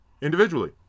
individually